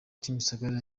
kimisagara